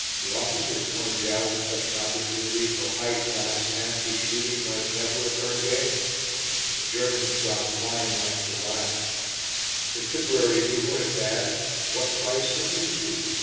the officers pointed out that such an opportunity for high-class, fancy shooting might never occur again the germans dropped line after line the tipperary humorist asked, what price sidney street?